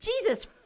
Jesus